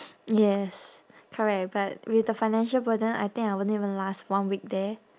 yes correct but with the financial burden I think I won't even last one week there